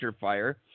fire